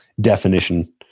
definition